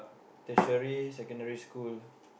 tertiary secondary school